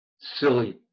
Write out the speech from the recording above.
silly